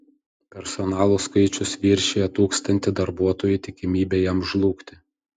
personalo skaičius viršija tūkstanti darbuotojų tikimybė jam žlugti